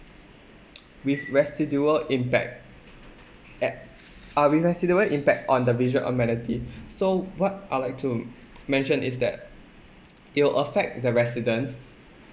with residual impact at uh with the residual impact on the visual amenity so what I'd like to mention is that it will affect the residents